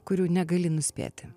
kurių negali nuspėti